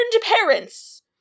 parents